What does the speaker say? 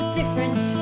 different